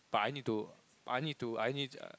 but I need to I need to I need